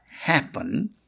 happen